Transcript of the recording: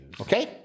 Okay